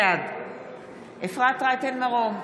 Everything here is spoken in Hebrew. בעד אפרת רייטן מרום,